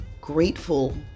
grateful